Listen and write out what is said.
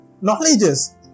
knowledges